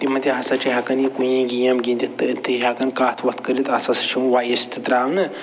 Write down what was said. تِمن تہِ ہَسا چھِ ہٮ۪کان یہِ کُنی گیم گِنٛدِتھ تہٕ أتھۍ کٔنۍ ہٮ۪کان کَتھ وَتھ کٔرِتھ اَتھ ہسا چھِ یِوان وایِس تہِ ترٛاونہٕ